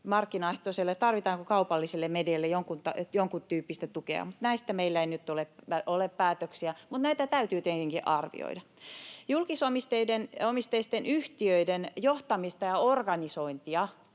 kaupalliselle medialle jonkun tyyppistä tukea. Näistä meillä ei nyt ole päätöksiä, mutta näitä täytyy tietenkin arvioida. Julkisomisteisten yhtiöiden johtamista ja organisointia